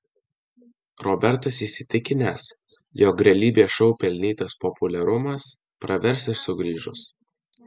robertas įsitikinęs jog realybės šou pelnytas populiarumas pravers ir sugrįžus